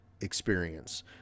experience